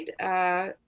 right